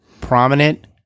prominent